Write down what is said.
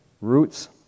roots